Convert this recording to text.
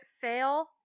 fail